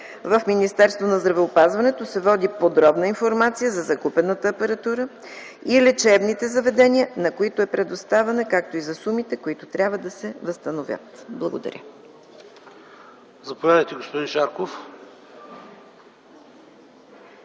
В Министерството на здравеопазването се води подробна информация за закупената апаратура и лечебните заведения, на които е предоставена, както и за сумите, които трябва да се възстановят. Благодаря.